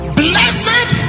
blessed